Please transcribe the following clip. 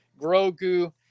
Grogu